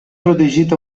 protegit